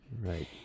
Right